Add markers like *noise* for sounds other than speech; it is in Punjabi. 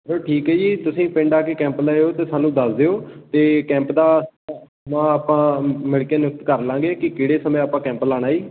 ਚਲੋ ਠੀਕ ਹੈ ਜੀ ਤੁਸੀਂ ਪਿੰਡ ਆ ਕੇ ਕੈਂਪ ਲਾਇਓ ਅਤੇ ਸਾਨੂੰ ਦੱਸ ਦਿਓ ਅਤੇ ਕੈਂਪ ਦਾ *unintelligible* ਆਪਾਂ ਮਿਲ ਕੇ ਨਿਯੁਕਤ ਕਰ ਲਾਂਗੇ ਕਿ ਕਿਹੜੇ ਸਮੇਂ ਆਪਾਂ ਕੈਂਪ ਲਾਣਾ ਜੀ